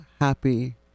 happy